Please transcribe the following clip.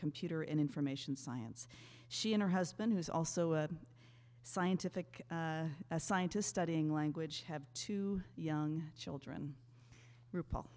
computer information science she and her husband who's also a scientific scientists studying language have two young children ripple